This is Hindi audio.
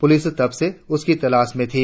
पुलिस तब से उसकी तलाश में थी